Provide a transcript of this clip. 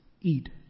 eat